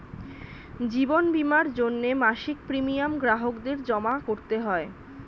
জীবন বীমার জন্যে মাসিক প্রিমিয়াম গ্রাহকদের জমা করতে হয়